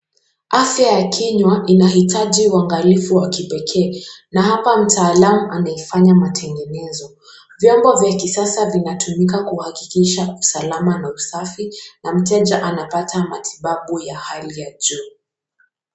Afya ya kinywa inahitaji uangalifu wa kipekee na hapa mtaalamu anafanya matengenezo. Vyombo vya kisasa vinatumika kuhakikisha usalama na usafi na mteja anapata matibabu ya hali ya juu.